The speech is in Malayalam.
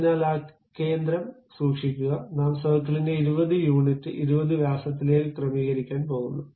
അതിനാൽ ആ കേന്ദ്രം സൂക്ഷിക്കുക നാം സർക്കിളിനെ 20 യൂണിറ്റ് 20 വ്യാസത്തിലേക്ക് ക്രമീകരിക്കാൻ പോകുന്നു